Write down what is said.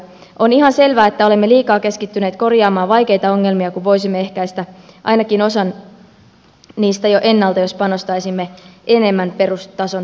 on ihan selvää että olemme liikaa keskittyneet korjaamaan vaikeita ongelmia kun voisimme ehkäistä ainakin osan niistä jo ennalta jos panostaisimme enemmän perustason palveluihin